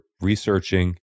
researching